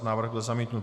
Návrh byl zamítnut.